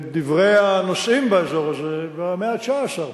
את דברי הנוסעים באזור הזה במאה ה-19,